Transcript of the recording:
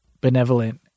benevolent